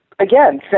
again